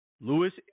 lewis